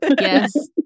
yes